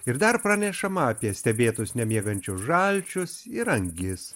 ir dar pranešama apie stebėtus nemiegančius žalčius ir angis